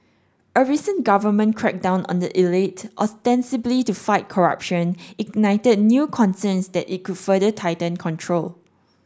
a recent government crackdown on the elite ostensibly to fight corruption ignited new concerns that it could further tighten control